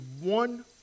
one